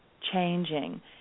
changing